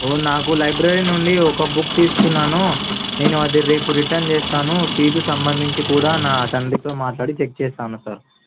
ఓ నాకు లైబ్రరీ నుండి ఒక బుక్ తీసుకున్నాను నేను అది రేపు రిటర్న్ చేస్తాను ఫీజు సంబంధించి కూడా నా తండ్రితో మాట్లాడి చెక్ చేశాను సార్